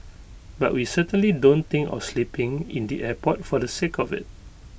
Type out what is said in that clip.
but we certainly don't think of sleeping in the airport for the sake of IT